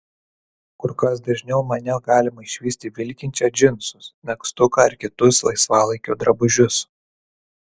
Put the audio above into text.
kur kas dažniau mane galima išvysti vilkinčią džinsus megztuką ar kitus laisvalaikio drabužius